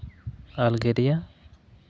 Algeria